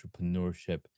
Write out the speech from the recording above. entrepreneurship